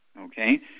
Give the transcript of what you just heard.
Okay